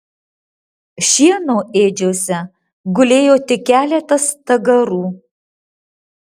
šieno ėdžiose gulėjo tik keletas stagarų